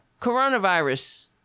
coronavirus